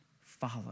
follow